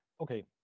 Okay